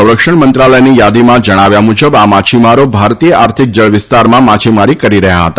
સંરક્ષણ મંત્રાલયની યાદીમાં જણાવ્યા મુજબ આ માછીમારો ભારતીય આર્થિક જળ વિસ્તારમાં માછીમારી કરી રહ્યા હતા